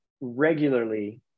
regularly